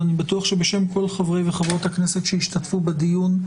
ואני בטוח שבשם כל חברי וחברות הכנסת שהשתתפו בדיון,